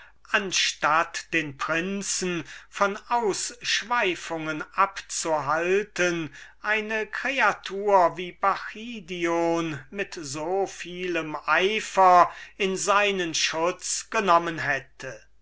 anstatt den prinzen von ausschweifungen abzuhalten eine kreatur wie bacchidion mit so vielem eifer in seinen schutz genommen hatte